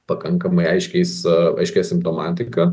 pakankamai aiškiais aiškia simptomatika